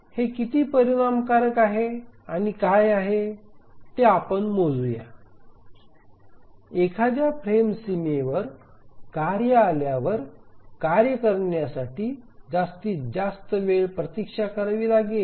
हे किती परिणामकारक आहे आणि काय आहे ते मोजूया एखाद्या फ्रेम सीमेवर कार्य आल्यावर कार्य करण्यासाठी जास्तीत जास्त वेळ प्रतीक्षा करावी लागेल